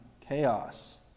chaos